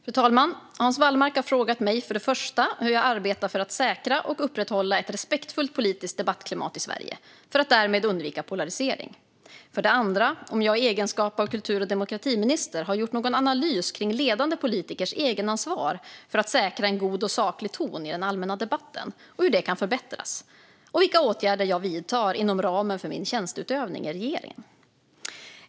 Fru talman! Hans Wallmark har frågat mig för det första, hur jag arbetar för att säkra och upprätthålla ett respektfullt politiskt debattklimat i Sverige för att därmed undvika polarisering, för det andra om jag i egenskap av kultur och demokratiminister har gjort någon analys kring ledande politikers egenansvar att säkra en god och saklig ton i den allmänna debatten och hur det kan förbättras, och vilka åtgärder jag vidtar inom ramen för min tjänsteutövning i regeringen.